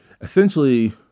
essentially